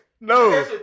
No